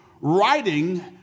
writing